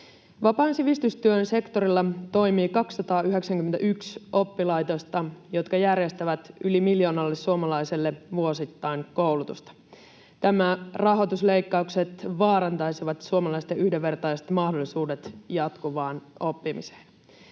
Vapaan sivistystyön sektorilla toimii 291 oppilaitosta, jotka järjestävät yli miljoonalle suomalaiselle vuosittain koulutusta. Nämä rahoitusleikkaukset vaarantaisivat suomalaisten yhdenvertaiset mahdollisuudet jatkuvaan oppimiseen.